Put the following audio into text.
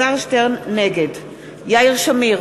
נגד יאיר שמיר,